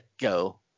go